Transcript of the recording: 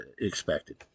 expected